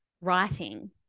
writing